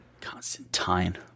Constantine